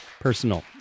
personal